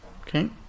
Okay